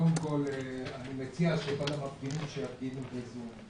קודם כול אני מציע שנקרא למפגינים להפגין בזום,